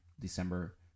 December